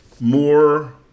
more